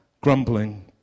grumbling